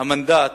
המנדט